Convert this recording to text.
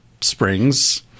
springs